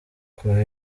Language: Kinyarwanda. kuva